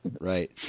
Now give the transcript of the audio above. right